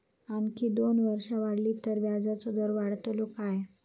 आणखी दोन वर्षा वाढली तर व्याजाचो दर वाढतलो काय?